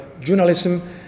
journalism